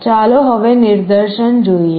ચાલો હવે નિદર્શન જોઈએ